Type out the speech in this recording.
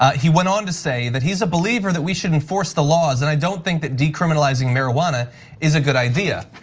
he went on to say that he's a believer that we should enforce the laws and i don't think that decriminalizing marijuana is a good idea,